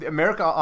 America